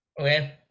Okay